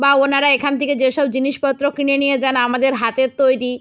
বা ওনারা এখান থেকে যে সব জিনিসপত্র কিনে নিয়ে যান আমাদের হাতের তৈরি